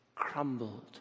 crumbled